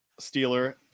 Steeler